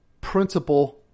principle